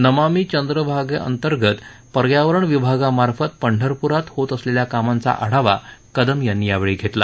नमामि चंद्रभागांतर्गत पर्यावरण विभागामार्फत पंढरपूरात होत असलेल्या कामांचा आढावा कदम यांनी घेतला